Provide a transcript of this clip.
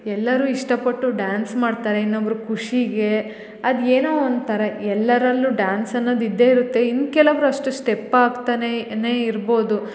ಎಲ್ಲರು ಇಷ್ಟಪಟ್ಟು ಡ್ಯಾನ್ಸ್ ಮಾಡ್ತಾರೆ ಇನ್ನೊಬ್ಬರು ಖುಷಿಗೆ ಅದು ಏನೋ ಒಂಥರ ಎಲ್ಲರಲ್ಲು ಡಾನ್ಸ್ ಅನ್ನೋದು ಇದ್ದೆ ಇರುತ್ತೆ ಇನ್ನ ಕೆಲೊಬ್ರು ಅಷ್ಟು ಸ್ಟೆಪ್ ಹಾಕ್ತನೆ ಇರ್ಬೋದು